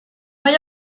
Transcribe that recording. mae